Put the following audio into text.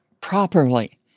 properly